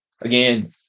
Again